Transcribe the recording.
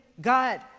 God